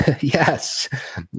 yes